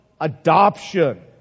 adoption